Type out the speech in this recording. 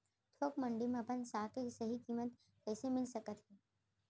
थोक मंडी में अपन साग के सही किम्मत कइसे मिलिस सकत हे?